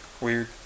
weird